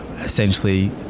essentially